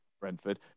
Brentford